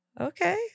Okay